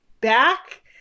back